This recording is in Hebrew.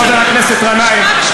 חבר הכנסת גנאים.